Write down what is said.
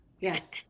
Yes